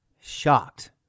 shocked